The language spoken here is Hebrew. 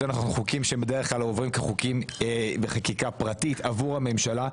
יותר נכון חוקים שהם בדרך כלל עוברים כחוקים בחקיקה פרטית עבור הממשלה.